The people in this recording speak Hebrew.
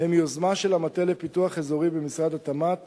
הם יוזמה של המטה לפיתוח אזורי במשרד התמ"ת